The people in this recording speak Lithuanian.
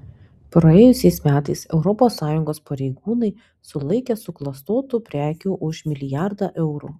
praėjusiais metais europos sąjungos pareigūnai sulaikė suklastotų prekių už milijardą eurų